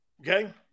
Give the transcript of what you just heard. Okay